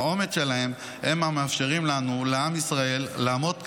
האומץ שלהם הם המאפשרים לנו ולעם ישראל לעמוד כאן,